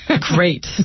Great